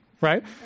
right